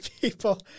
people